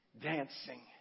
dancing